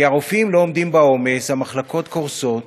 כי הרופאים לא עומדים בעומס והמחלקות קורסות.